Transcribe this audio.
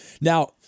Now